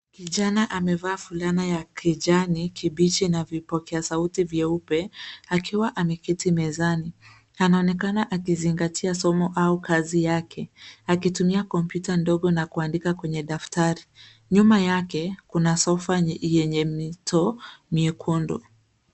Kijana amevaa fulana ya kijani kibichi na vipokea sauti vyeupe akiwa ameketi mezani. Anaonekana akizingatia somo au kazi yake akitumia kompyuta ndogo na kuandika kwenye daftari. Nyuma yake kuna sofa yenye mito miekundu.